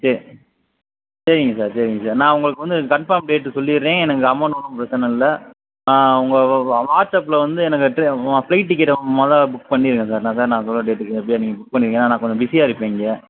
சே சரிங்க சார் சரிங்க சார் நான் உங்களுக்கு வந்து கன்ஃபார்ம் டேட் சொல்லிடுறேன் எனக்கு அமௌண்ட் ஒன்றும் பிரச்சின இல்லை நான் உங்கள் வாட்ஸ்அப்பில் வந்து எனக்கு ஃப்ளைட் டிக்கெட் முதல்ல புக் பண்ணிவிடுங்க சார் அதுதான் நான் சொல்கிற டேட்டுக்கு நீங்கள் எப்படியாது புக் பண்ணிவிடுங்க நான் கொஞ்சம் பிஸியாக இருப்பேன் இங்கே